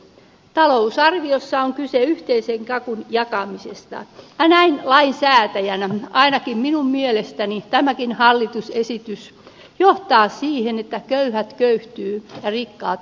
talousarviossa on kyse yhteisen kakun jakamisesta ja näin lainsäätäjänä ainakin minun mielestäni tämäkin hallitusesitys johtaa siihen että köyhät köyhtyvät ja rikkaat rikastuvat